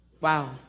Wow